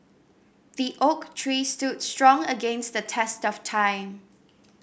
the oak tree stood strong against the test of time